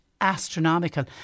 astronomical